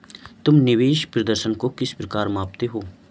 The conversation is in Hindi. तुम निवेश प्रदर्शन को किस प्रकार मापते हो?